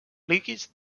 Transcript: lípids